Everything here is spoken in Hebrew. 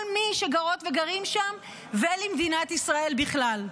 מי שגרות וגרים שם ולמדינת ישראל בכלל.